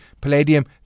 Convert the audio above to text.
palladium